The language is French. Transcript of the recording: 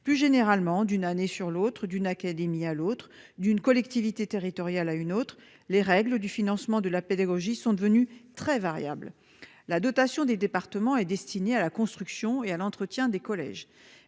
plus généralement d'une année sur l'autre, d'une académie à l'autre, d'une collectivité territoriale à une autre, les règles du financement de la pédagogie sont devenus très variable. La dotation des départements et destiné à la construction et à l'entretien des collèges